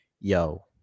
yo